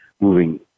moving